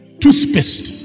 toothpaste